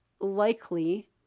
likely